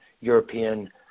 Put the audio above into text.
European